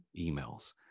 emails